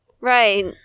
Right